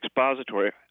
expository